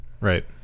right